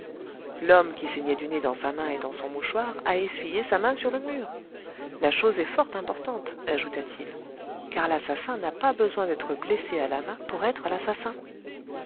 l'homme qui saignait du nez dans sa main et dans son mouchoir a essuyé sa main sur le mur la chose est fort importante ajouta-t-il car l'assassin n'a pas besoin d'être blessé à la main pour être l'assassin